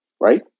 right